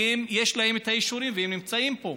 כי יש להם את האישורים והם נמצאים פה.